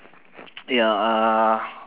ya uh